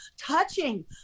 touching